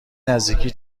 نزدیکی